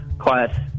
Quiet